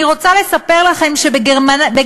אני רוצה לספר לכם שבגרמניה,